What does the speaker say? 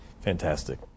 Fantastic